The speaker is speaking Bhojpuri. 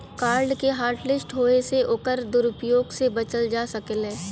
कार्ड के हॉटलिस्ट होये से ओकर दुरूप्रयोग से बचल जा सकलै